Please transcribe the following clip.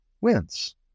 wins